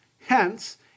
hence